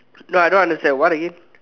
no I don't understand what again